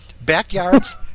backyards